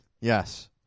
Yes